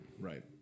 Right